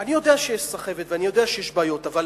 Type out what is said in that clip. אני יודע שיש סחבת ואני יודע שיש בעיות, אבל